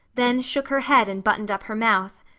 then shook her head and buttoned up her mouth.